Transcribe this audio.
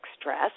stress